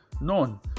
none